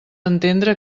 entendre